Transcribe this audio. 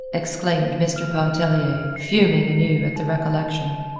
exclaimed mr. pontellier, fuming anew at the recollection.